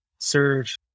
serve